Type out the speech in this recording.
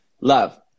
love